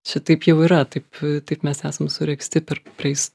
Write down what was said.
čia taip jau yra taip taip mes esam suregzti per prieis